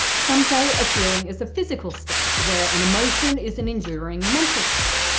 some say a feeling is a physical state where an emotion is an enduring mental state.